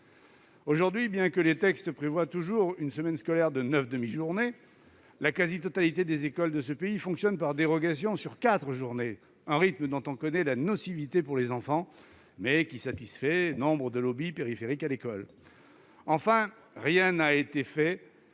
enseignants. Bien que les textes prévoient toujours une semaine scolaire de neuf demi-journées, la quasi-totalité des écoles de ce pays fonctionne par dérogation sur quatre journées, un rythme dont on connaît la nocivité pour les enfants, mais qui satisfait nombre de lobbies périphériques à l'école. Enfin, rien n'a été fait